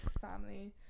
family